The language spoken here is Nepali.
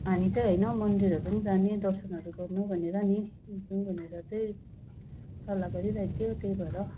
हामी तै होइन हौ मन्दिरहरू पनि जाने दर्शनहरू गर्नु भनेर नि जाउँ भनेर चाहिँ सल्लाह गरिरहेको थियो त्यही भएर हौ